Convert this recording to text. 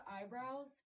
eyebrows